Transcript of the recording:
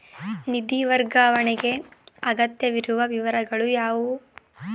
ನಿಧಿ ವರ್ಗಾವಣೆಗೆ ಅಗತ್ಯವಿರುವ ವಿವರಗಳು ಯಾವುವು?